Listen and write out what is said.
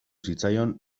zitzaion